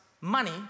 money